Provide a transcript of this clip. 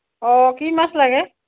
অঁ কি মাছ লাগে